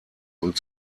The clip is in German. und